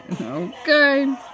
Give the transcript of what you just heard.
okay